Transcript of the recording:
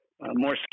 more